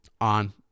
on